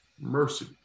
Mercy